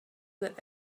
that